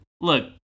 look